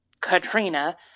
katrina